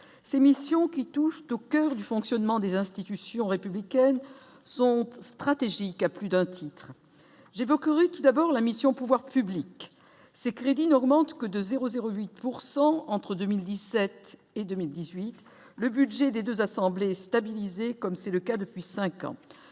ces missions qui touchent au coeur du fonctionnement des institutions républicaines sont stratégiques à plus d'un titre, j'évoquerai tout d'abord la mission, pouvoirs publics, ces crédits n'augmente que de 0 0 8 pourcent entre 2017 et 2018 le budget des 2 assemblées, comme c'est le cas depuis 5 ans